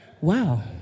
Wow